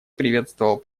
приветствовал